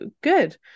Good